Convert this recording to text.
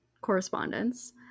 correspondence